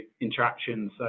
interactions